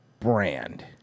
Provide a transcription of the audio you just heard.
Brand